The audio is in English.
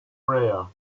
prayer